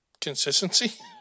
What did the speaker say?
consistency